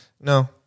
No